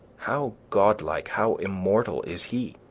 how godlike, how immortal, is he?